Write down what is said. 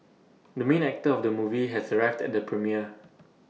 the main actor of the movie has arrived at the premiere